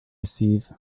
receive